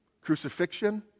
crucifixion